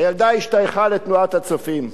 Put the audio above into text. הילדה השתייכה לתנועת "הצופים",